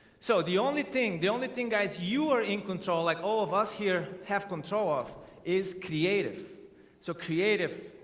so the only thing the only thing guys you are in control like all of us here have control of is creative so creative,